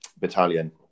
battalion